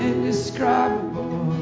Indescribable